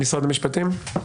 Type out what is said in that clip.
משרד המשפטים.